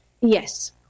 Yes